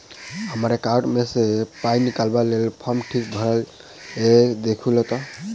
हम्मर एकाउंट मे सऽ पाई निकालबाक लेल फार्म ठीक भरल येई सँ देखू तऽ?